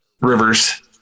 rivers